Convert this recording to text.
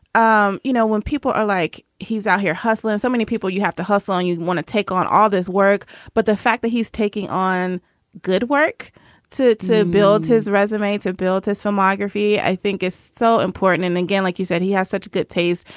um you know, when people are like, he's out here hustling so many people, you have to hustling. you want to take on all this work but the fact that he's taking on good work to to build his resonates have built his filmography, i think is so important. and again, like you said, he has such good taste.